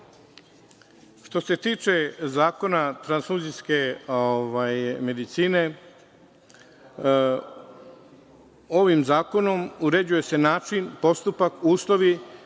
se tiče Zakona transfuzijske medicine, ovim zakonom uređuje se način, postupak, uslovi...